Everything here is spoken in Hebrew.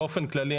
באופן כללי,